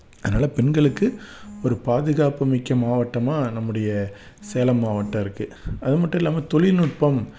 அதனால் பெண்களுக்கு ஒரு பாதுகாப்பு மிக்க மாவட்டமாக நம்முடைய சேலம் மாவட்டம் இருக்கு அது மட்டும் இல்லாமல் தொழில்நுட்பம்